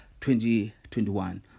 2021